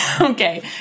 Okay